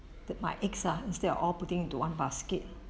that my eggs lah instead of all putting into one basket